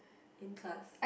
in class